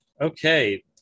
Okay